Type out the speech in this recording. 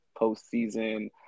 postseason